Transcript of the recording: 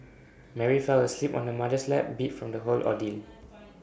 Mary fell asleep on her mother's lap beat from the whole ordeal